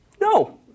no